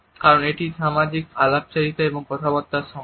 কারণ এটি সামাজিক আলাপচারিতা এবং কথাবার্তার সময়